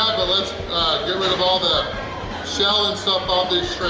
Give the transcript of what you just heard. but let's get rid of all the shell and stuff off these